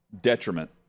detriment